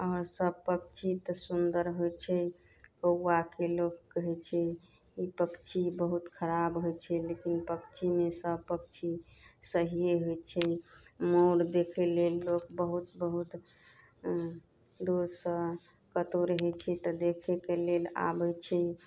आओर सब पक्षी तऽ सुन्दर होइ छै कौआके लोक कहै छै ई पक्षी बहुत खराब होइ छै लेकिन पक्षीमे सब पक्षी सहिये होइ छै मोर देखै लेल लोक बहुत बहुत दूरसँ कतौ रहै छै तऽ देखैके लेल आबै छै